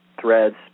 threads